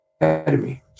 Academy